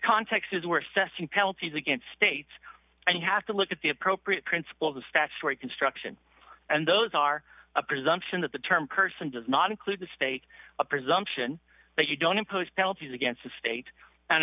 context is worth testing penalties against states and you have to look at the appropriate principles of statutory construction and those are a presumption that the term person does not include the state a presumption that you don't impose penalties against the state and